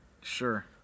Sure